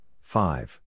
Five